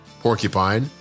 Porcupine